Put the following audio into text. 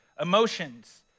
emotions